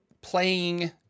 playing